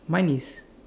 mine is